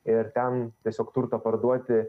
ir ten tiesiog turtą parduoti